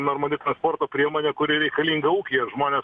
normali transporto priemonė kuri reikalinga ūkyje žmonės